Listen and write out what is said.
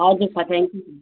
हजुर